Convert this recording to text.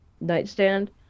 nightstand